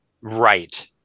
Right